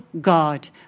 God